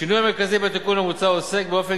השינוי המרכזי בתיקון המוצע עוסק באופן